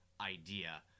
idea